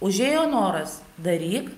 užėjo noras daryk